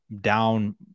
down